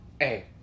Hey